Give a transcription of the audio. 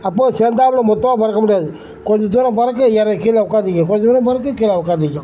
அப்போ சேர்ந்தாப்புல மொத்தமாக பறக்க முடியாது கொஞ்சம் தூரம் பறக்கும் இறங் கீழே உக்காந்துக்கும் கொஞ்சம் தூரம் பறக்கும் கீழே உக்காந்துக்கும்